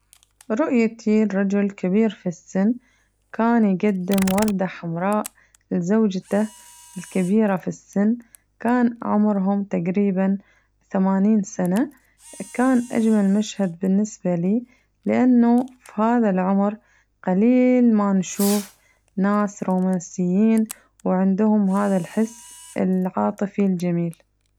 رؤيتي لرجل كبير في السن كان يقدم وردة حمراء لزوجته كبيرة في السن كان عمرهم تقريباً ثمانين سنة، كان أجمل مشهد بالنسبة لي لأنو فهاذا العمر قليل ما نشوف ناس رومانسيين وعندهم هذا الحس العاطفي الجميل.